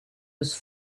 was